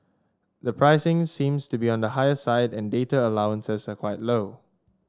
the pricing seems to be on the higher side and data allowances are quite low